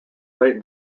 late